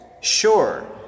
Sure